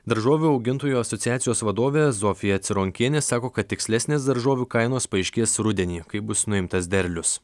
daržovių augintojų asociacijos vadovė zofija cironkienė sako kad tikslesnės daržovių kainos paaiškės rudenį kai bus nuimtas derlius